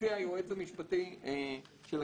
שמציע היועץ המשפטי של הכנסת.